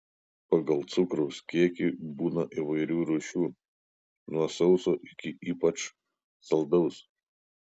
pagal cukraus kiekį būna įvairių rūšių nuo sauso iki ypač saldaus